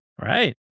Right